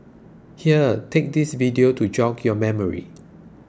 here take this video to jog your memory